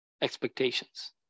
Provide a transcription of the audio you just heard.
expectations